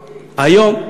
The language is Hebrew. היום,